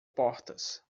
portas